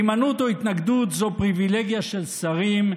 הימנעות או התנגדות זו פריבילגיה של שרים,